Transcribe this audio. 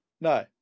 No